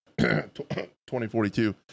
2042